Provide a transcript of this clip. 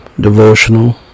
devotional